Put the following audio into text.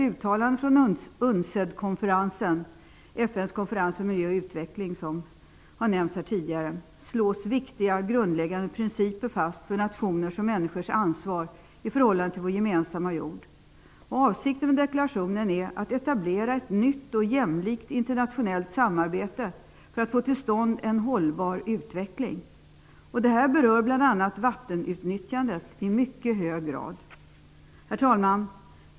UNCED-konferensen, FN:s konferens för miljö och utveckling -- slås viktiga grundläggande principer fast för nationers och människors ansvar i förhållande till vår gemensamma jord. Avsikten med deklarationen är att etablera ett nytt och jämlikt internationellt samarbete för att få till stånd en hållbar utveckling. Detta berör bl.a. vattenutnyttjandet i mycket hög grad. Herr talman!